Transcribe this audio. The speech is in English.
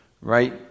right